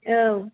औ